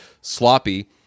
sloppy